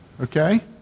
Okay